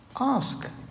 ask